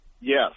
Yes